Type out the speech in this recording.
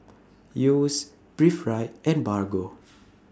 Yeo's Breathe Right and Bargo